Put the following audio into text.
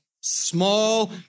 small